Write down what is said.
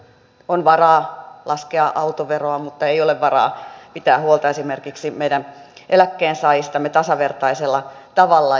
on varaa laskea autoveroa mutta ei ole varaa pitää huolta esimerkiksi meidän eläkkeensaajistamme tasavertaisella tavalla